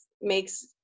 makes